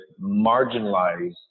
marginalized